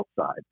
outside